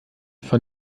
von